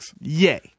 Yay